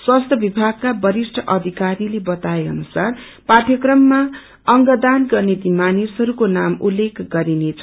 स्वास्थ्य विभागका बरिष्ट अधिकारीले बताए अनुसार पाइयक्रममा अंगदान गर्ने ती मानिसहस्को नाम उल्लेख गरिनेछ